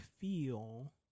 feel